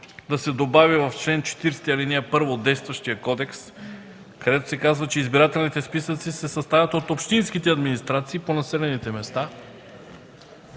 да се добави в чл. 40, ал. 1 от действащия кодекс, където се казва, че избирателните списъци се съставят от общинските администрации по населените места,